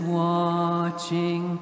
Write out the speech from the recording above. watching